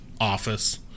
Office